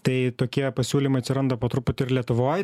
tai tokie pasiūlymai atsiranda po truputį ir lietuvoj